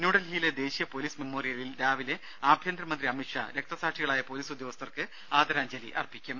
ന്യൂഡൽഹിയിലെ ദേശീയ പൊലീസ് മെമ്മോറിയലിൽ രാവിലെ ആഭ്യന്തര മന്ത്രി അമിത്ഷാ രക്തസാക്ഷികളായ പൊലീസ് ഉദ്യോഗസ്ഥർക്ക് ആദരാജ്ഞലി അർപ്പിക്കും